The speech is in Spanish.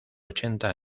ochenta